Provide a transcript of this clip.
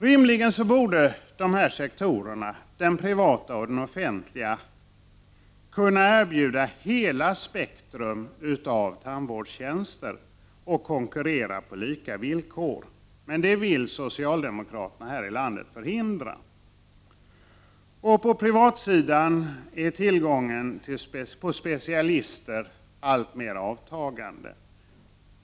Rimligen borde dessa sektorer — den privata och den offentliga — kunna erbjuda hela spektrumet av tandvårdstjänster och konkurrera på lika villkor. Men det vill socialdemokraterna här i landet förhindra. På privatsidan avtar tillgången på specialister alltmer.